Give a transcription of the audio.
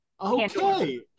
Okay